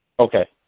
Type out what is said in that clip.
Okay